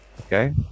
Okay